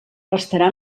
restarà